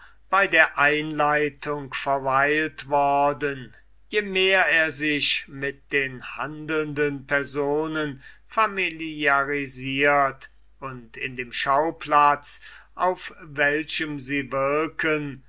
bei der einleitung verweilt worden je mehr er sich mit den handelnden personen familiarisiert und in dem schauplatz auf welchem sie wirken